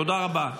תודה רבה.